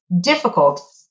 difficult